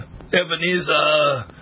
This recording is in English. Ebenezer